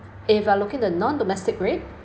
if you are looking at the non domestic rate